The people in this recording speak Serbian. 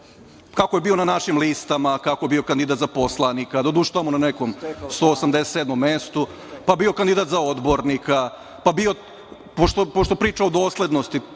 kako je bio na našim listama, kako je bio kandidat za poslanika, doduše, tamo na nekom 187. mestu, pa bio kandidat za odbornika, pošto priča o doslednosti,